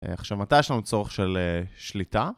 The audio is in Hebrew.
עכשיו, מתי יש לנו צורך של שליטה?